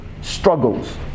struggles